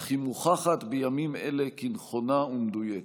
אך היא מוכחת בימים אלה כנכונה ומדויקת.